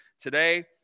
today